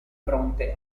fronte